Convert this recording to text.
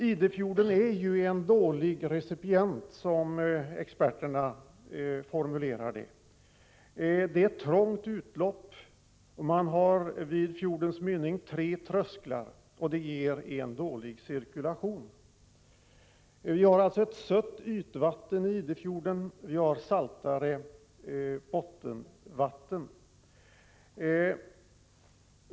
Idefjorden är en dålig recipient, som experterna formulerar det. Det är ett trångt utlopp. Vid fjordens mynning finns det tre trösklar, och de ger dålig cirkulation. Det är sött ytvatten i Prot. 1985/86:66 Idefjorden och saltare bottenvatten.